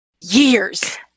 Years